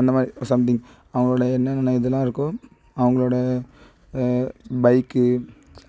அந்த மாதிரி சம்திங் அவங்களுடைய என்னென்ன இதெலாம் இருக்கோ அவங்களோட பைக்கு